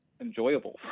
enjoyable